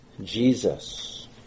Jesus